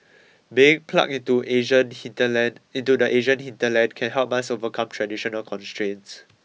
being plugged into Asian hinterland into the Asian hinterland can help us overcome traditional constraints